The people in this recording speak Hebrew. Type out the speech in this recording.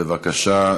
בבקשה,